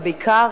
ובעיקר